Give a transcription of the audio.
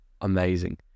Amazing